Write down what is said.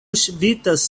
ŝvitas